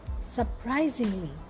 Surprisingly